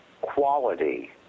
quality